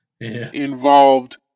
involved